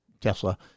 Tesla